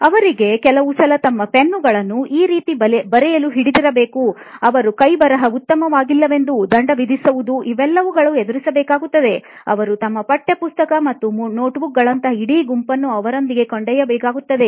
ಅವರಿಗೆ ಕೆಲವುಸಲ ತಮ್ಮ ಪೆನ್ನುಗಳನ್ನು ಈ ರೀತಿ ಬರೆಯಲು ಹಿಡಿದಿರಬೇಕು ಅವರ ಕೈಬರಹ ಉತ್ತಮವಾಗಿಲ್ಲವೆಂದು ದಂಡ ವಿಧಿಸುವುದು ಇವೆಲ್ಲವುಗಳನ್ನು ಎದುರಿಸಬೇಕ್ಕಾಗುತ್ತದೆ ಅವರು ತಮ್ಮ ಪಠ್ಯಪುಸ್ತಕ ಮತ್ತು notebook ಗಳಂತಹ ಇಡೀ ಗುಂಪನ್ನು ಅವರೊಂದಿಗೆ ಕೊಂಡೊಯ್ಯಬೇಕಾಗುತ್ತದೆ